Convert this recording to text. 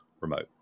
remote